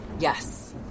Yes